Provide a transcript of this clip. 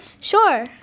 Sure